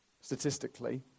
statistically